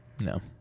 No